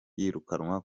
yirukanwa